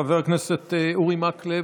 חבר הכנסת אורי מקלב,